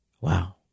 Wow